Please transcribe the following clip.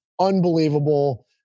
unbelievable